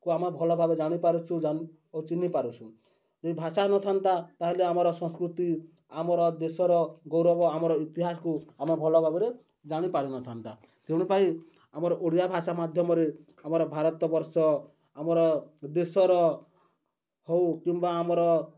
କୁ ଆମେ ଭଲ ଭାବରେ ଜାଣିପାରୁଛୁ ଓ ଚିହ୍ନି ପାରୁସୁଁ ଯଦି ଭାଷା ନଥାନ୍ତା ତାହେଲେ ଆମର ସଂସ୍କୃତି ଆମର ଦେଶର ଗୌରବ ଆମର ଇତିହାସକୁ ଆମେ ଭଲ ଭାବରେ ଜାଣିପାରୁନଥାନ୍ତା ତେଣୁ ପାଇଁ ଆମର ଓଡ଼ିଆ ଭାଷା ମାଧ୍ୟମରେ ଆମର ଭାରତବର୍ଷ ଆମର ଦେଶର ହଉ କିମ୍ବା ଆମର